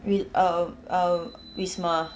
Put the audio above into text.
wi~ uh uh wisma